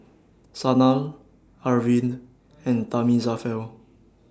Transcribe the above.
Sanal Arvind and Thamizhavel